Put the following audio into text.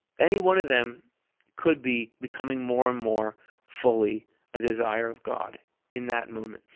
any one of them could be becoming more and more fully a desire of god in that moment.